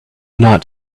not